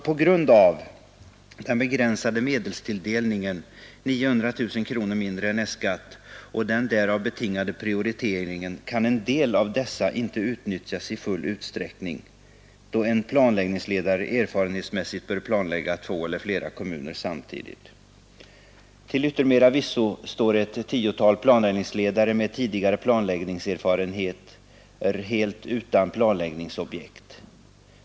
På grund av den begränsade medelstilldelningen — 900 000 kronor mindre än äskat — och den därav betingade prioriteringen kan en del av dessa inte utnyttjas i full utsträckning, då en planläggningsledare erfarenhetsmässigt bör planlägga två eller flera kommuner samtidigt. Till yttermera visso står ett tiotal planläggningsledare med tidigare planläggningserfarenheter helt utan planläggningsobjekt.